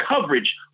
coverage